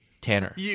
Tanner